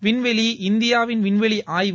விண்வெளி இந்தியாவின் விண்வெளி ஆய்வு